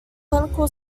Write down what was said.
clinical